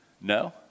No